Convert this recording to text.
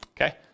Okay